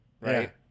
right